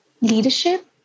leadership